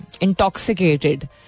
intoxicated